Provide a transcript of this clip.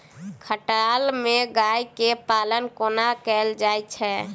खटाल मे गाय केँ पालन कोना कैल जाय छै?